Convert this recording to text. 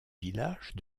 village